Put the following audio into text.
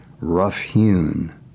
rough-hewn